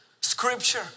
scripture